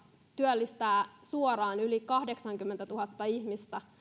työllistää suoraan yli kahdeksankymmentätuhatta ihmistä